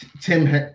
Tim